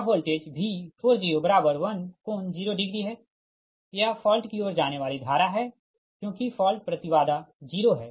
तो यह voltage V401∠0 है यह फॉल्ट की ओर जाने वाली धारा है क्योंकि फॉल्ट प्रति बाधा 0 है